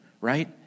right